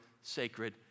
sacred